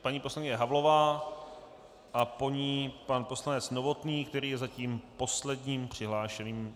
Paní poslankyně Havlová a po ní pan poslanec Novotný, který je zatím posledním přihlášeným.